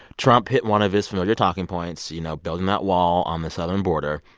trump hit one of his familiar talking points, you know, building that wall on the southern border.